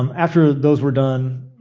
um after those were done,